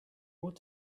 what